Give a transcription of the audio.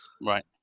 right